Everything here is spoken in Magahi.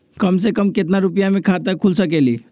कम से कम केतना रुपया में खाता खुल सकेली?